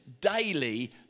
daily